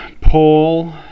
Paul